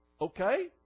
okay